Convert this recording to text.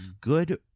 good